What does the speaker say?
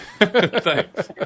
Thanks